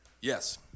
Yes